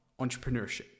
entrepreneurship